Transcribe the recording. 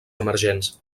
emergents